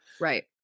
right